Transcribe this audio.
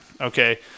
Okay